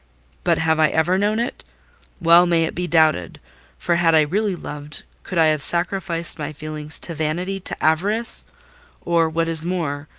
but have i ever known it well may it be doubted for, had i really loved, could i have sacrificed my feelings to vanity, to avarice or, what is more,